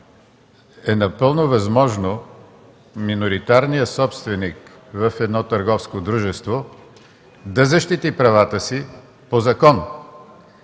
е напълно възможно миноритарният собственик в едно търговско дружество да защити правата си по закон.